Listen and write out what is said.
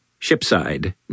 Shipside